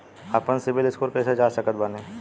आपन CIBIL score कैसे जांच सकत बानी?